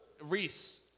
Reese